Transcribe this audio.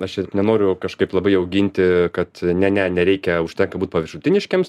aš nenoriu kažkaip labai jau ginti kad ne ne nereikia užtenka būti paviršutiniškiems